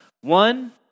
One